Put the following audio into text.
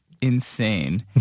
insane